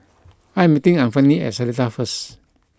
I am meeting Anfernee at Seletar first